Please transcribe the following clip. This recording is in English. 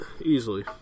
easily